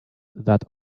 that